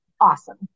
Awesome